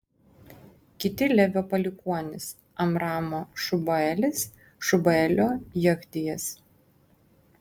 kiti levio palikuonys amramo šubaelis šubaelio jechdijas